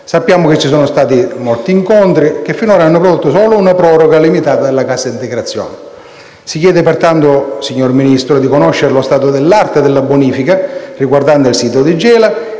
Sappiamo che ci sono stati molti incontri, i quali finora hanno prodotto solo una proroga limitata della cassa integrazione. Si chiede, pertanto, signor Ministro, di conoscere lo stato dell'arte della bonifica riguardante il sito di Gela